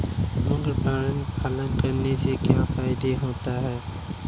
मुर्गी पालन करने से क्या फायदा होता है?